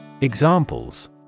Examples